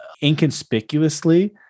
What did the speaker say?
inconspicuously